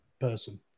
person